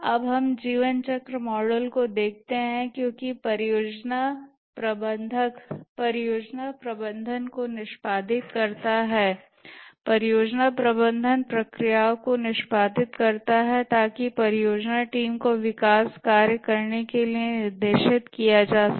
अब हम जीवन चक्र मॉडल को देखते हैं क्योंकि परियोजना प्रबंधक परियोजना प्रबंधन को निष्पादित करता है परियोजना प्रबंधन प्रक्रियाओं को निष्पादित करता है ताकि परियोजना टीम को विकास कार्य करने के लिए निर्देशित किया जा सके